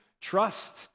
trust